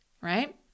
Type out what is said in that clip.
right